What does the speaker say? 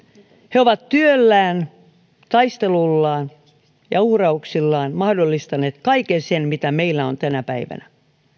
he ovat työllään taistelullaan ja uhrauksillaan mahdollistaneet kaiken sen mitä meillä on tänä päivänä